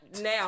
now